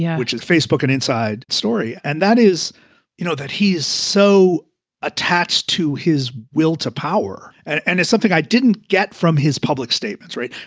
yeah which is facebook an inside story. and that is you know that he is so attached to his will to power. and it's something i didn't get from his public statements. right.